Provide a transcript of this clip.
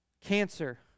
Cancer